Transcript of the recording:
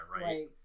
right